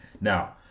Now